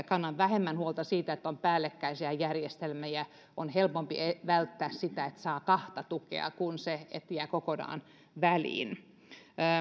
kannan vähemmän huolta siitä että on päällekkäisiä järjestelmiä on helpompaa välttää sitä että saa kahta tukea kuin on se että jää kokonaan väliin